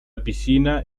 piscina